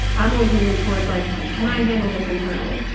i'm always moving towards like, can i handle this internally?